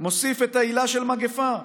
מוסיף את העילה של מגפה,